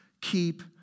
keep